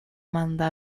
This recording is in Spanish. manda